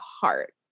heart